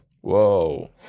Whoa